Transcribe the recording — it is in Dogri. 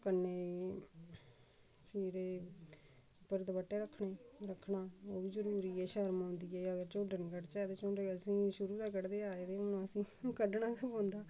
कन्नै सिरै उप्पर दपट्टे रक्खने रक्खना ओह् बी जरूरी ऐ शर्म औंदी ऐ अगर झुंड नी कड्ढचै चे झुंड असेंगी शुरू दा कड्ढदे आए ते हून असें कड्ढना गै पौंदा